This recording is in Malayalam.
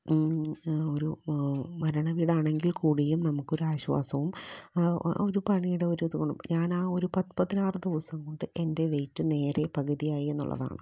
ഒരു മരണവീടാണെങ്കിൽ കൂടിയും നമുക്കൊരു ആശ്വാസവും ആ ഒരു പണീടെ ഒരിതുകൊണ്ട് ഞാനാ ഒരു പത്ത് പതിനാറ് ദിവസം കൊണ്ട് എൻ്റെ വെയിറ്റ് നേരെ പകുതിയായി എന്നുള്ളതാണ്